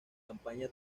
campaña